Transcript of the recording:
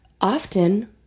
often